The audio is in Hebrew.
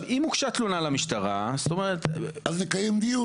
אם הוגשה תלונה למשטרה --- אז נקיים דיון